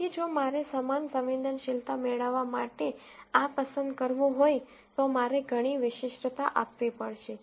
તેથી જો મારે સમાન સંવેદનશીલતા મેળવવા માટે આ પસંદ કરવું હોય તો મારે ઘણી વિશિષ્ટતા આપવી પડશે